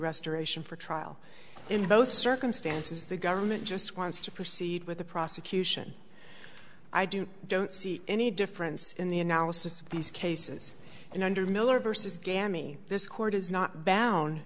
restoration for trial in both circumstances the government just wants to proceed with the prosecution i do don't see any difference in the analysis of these cases and under miller versus gammy this court is not bound